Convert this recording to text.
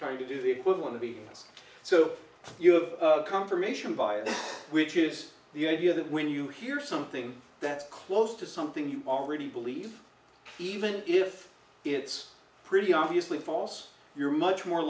trying to do the equivalent to be us so you have a confirmation bias which is the idea that when you hear something that's close to something you already believe even if it's pretty obviously false you're much more